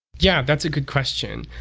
yeah, that's a good question.